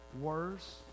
worse